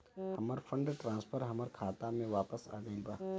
हमर fund transfer हमर खाता में वापस आ गईल बा